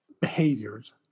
behaviors